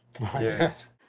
Yes